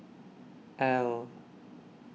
Elle